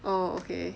orh okay